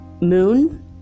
moon